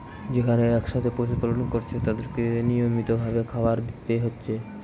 যেখানে একসাথে পশু পালন কোরছে তাদেরকে নিয়মিত ভাবে খাবার দিতে হয়